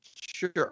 Sure